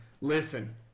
Listen